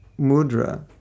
mudra